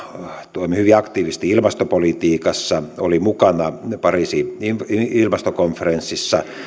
toimi hyvin aktiivisesti ilmastopolitiikassa oli mukana pariisin ilmastokonferenssissa